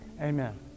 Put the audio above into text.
Amen